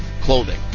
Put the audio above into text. clothing